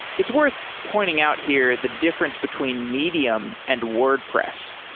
it's worth pointing out here the difference between medium and wordpress.